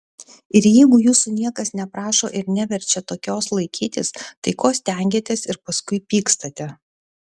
ir jeigu jūsų niekas neprašo ir neverčia tokios laikytis tai ko stengiatės ir paskui pykstate